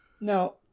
Now